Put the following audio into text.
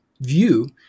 view